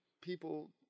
people